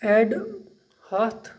add ہَتھ